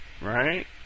Right